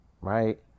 right